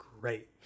great